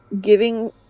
giving